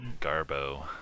Garbo